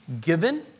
given